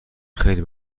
خیلی